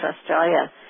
Australia